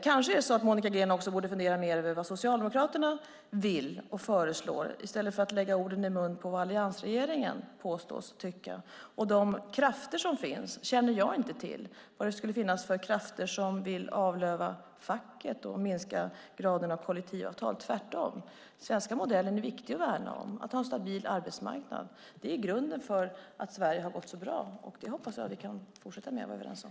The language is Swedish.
Kanske är det så att Monica Green också borde fundera mer över vad Socialdemokraterna vill och föreslår i stället för att lägga orden i munnen på vad alliansregeringen påstås tycka. Jag känner inte till vilka krafter som skulle finnas som vill avlöva facket och minska graden av kollektivavtal. Tvärtom är den svenska modellen viktig att värna om. Att ha en stabil arbetsmarknad är grunden för att Sverige har gått så bra. Det hoppas jag att vi kan fortsätta vara överens om.